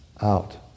out